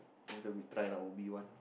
later we try lah Ubi one